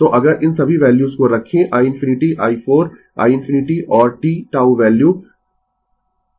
तो अगर इन सभी वैल्यूज को रखें i ∞ i 4 i ∞ और t τ वैल्यू